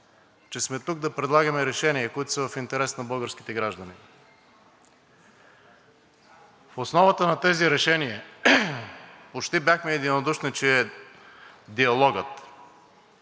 че сме тук да предлагаме решения, които са в интерес на българските граждани. В основата на тези решения почти бяхме единодушни, че диалогът,